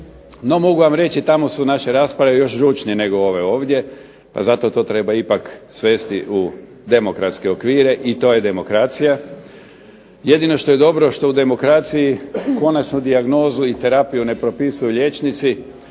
NO, mogu vam reći tamo su naše rasprave još žučnije nego ove ovdje, stoga to ipak treba svesti na demokratske okvire i to je demokracija, jedino što je dobro što u demokraciji konačnu dijagnozu i terapiju ne propisuju konačno